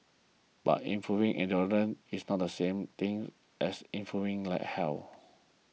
but improving endurance is not the same thing as improving health